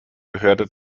gehörte